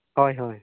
ᱦᱳᱭ ᱦᱳᱭ